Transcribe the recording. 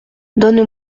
donne